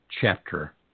chapter